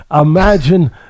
imagine